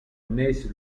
neix